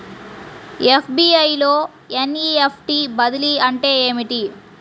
SBI లో NEFT బదిలీ అంటే ఏమిటి?